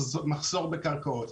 מחסור בקרקעות,